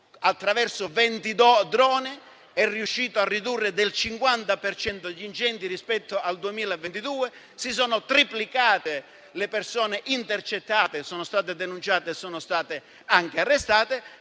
attraverso venti droni, è riuscito a ridurre del 50 per cento gli incendi rispetto al 2022; si sono triplicate le persone intercettate, che sono state denunciate ed anche arrestate.